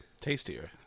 tastier